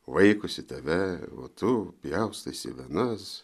vaikosi tave o tu pjaustaisi venas